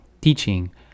teaching